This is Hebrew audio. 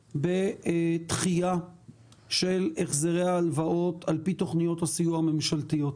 בדחייה של החזרי ההלוואות על פי תוכניות הסיוע הממשלתיות.